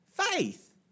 Faith